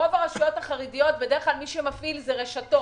ברוב הרשויות החרדיות בדרך כלל מי שמפעיל אלה הן רשתות.